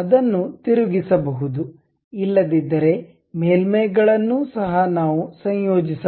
ಅದನ್ನು ತಿರುಗಿಸಬಹುದು ಇಲ್ಲದಿದ್ದರೆ ಮೇಲ್ಮೈಗಳನ್ನು ಸಹ ನಾವು ಸಂಯೋಜಿಸಬಹುದು